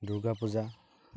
Durga Puja